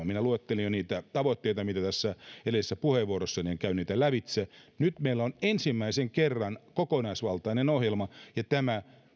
minä luettelin jo niitä tavoitteita edellisessä puheenvuorossani enkä käy niitä lävitse nyt meillä on ensimmäisen kerran kokonaisvaltainen ohjelma ja tämä